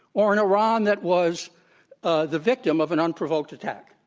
or an iran that was ah the victim of an unprovoked attack?